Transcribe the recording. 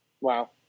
Wow